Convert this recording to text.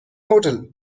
hotel